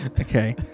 Okay